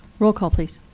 roll call, please.